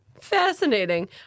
fascinating